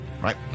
right